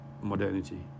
modernity